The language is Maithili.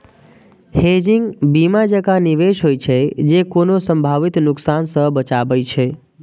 हेजिंग बीमा जकां निवेश होइ छै, जे कोनो संभावित नुकसान सं बचाबै छै